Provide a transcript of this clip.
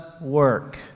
work